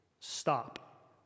stop